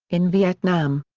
in vietnam.